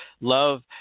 love